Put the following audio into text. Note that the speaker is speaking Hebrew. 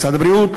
משרד הבריאות,